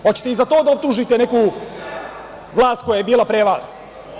Hoćete i za to da optužite neku vlast koja je bila pre vas?